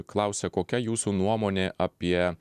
klausia kokia jūsų nuomonė apie